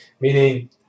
meaning